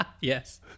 Yes